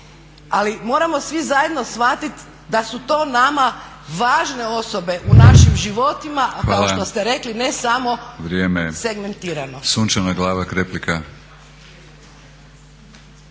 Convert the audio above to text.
Ali moramo svi zajedno shvatiti da su to nama važne osobe u našim životima, a kao što ste rekli ne samo segmentirano.